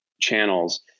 channels